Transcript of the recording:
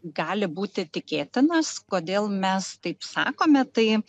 gali būti tikėtinas kodėl mes taip sakome tai